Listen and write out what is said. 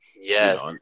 Yes